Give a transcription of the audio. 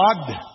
God